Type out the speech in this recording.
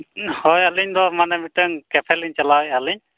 ᱦᱳᱭ ᱟᱹᱞᱤᱧᱫᱚ ᱢᱟᱱᱮ ᱢᱤᱫᱴᱮᱱ ᱠᱮᱯᱷᱮᱞᱤᱧ ᱪᱟᱞᱟᱣᱮᱫᱼᱟᱹᱞᱤᱧ